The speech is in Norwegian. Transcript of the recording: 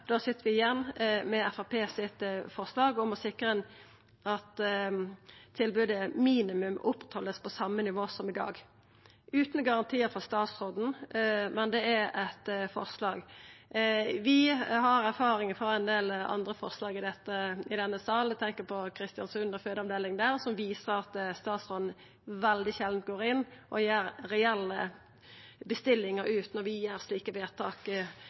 sit vi igjen med forslaget frå Framstegspartiet, om å sikra at tilbodet «som et minimum opprettholdes på samme nivå som i dag». Det er utan garantiar frå statsråden, men det er eit forslag. Vi har erfaringar frå ein del andre forslag i denne salen, eg tenkjer på Kristiansund og fødeavdelinga der, som viser at statsråden veldig sjeldan går inn og gjer reelle bestillingar når vi gjer slike vedtak